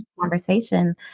conversation